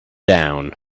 down